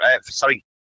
sorry